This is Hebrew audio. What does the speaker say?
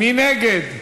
מי נגד?